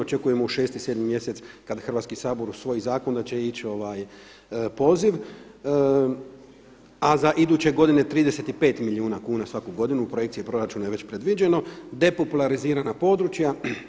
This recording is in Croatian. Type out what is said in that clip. Očekujemo 6, 7 mjeseci kad Hrvatski sabor usvoji zakon da će ići poziv a za iduće godine 35 milijuna kuna svaku godinu u projekcije proračuna je već predviđeno, de populizirana područja.